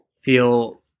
feel